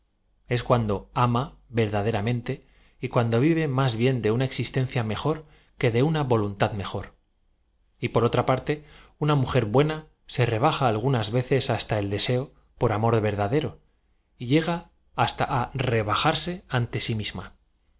cuan do ama verdaderamente y cuando v iv e más bien de una existencia mejor que de una voluntad mejor t por otra parte una mujer buena se rebaja algunas veces haata el deseo por amor verdadero y lle g a has ta á rebajarse ante sí misma